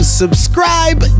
subscribe